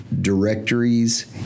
directories